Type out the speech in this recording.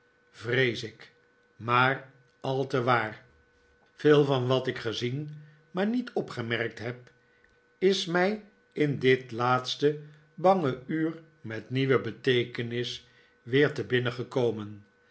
vrees ik maar al te waar veel van wat ik gezien maar niet opgemerkt heb is mij in dit laatste bange uur met nieuwe beteekenis weer te